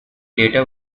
later